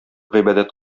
гыйбадәт